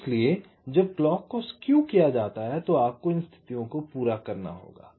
इसलिए जब क्लॉक को स्केव किया जाता है तो आपको इन स्थितियों को पूरा करना होगा